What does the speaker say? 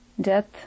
Death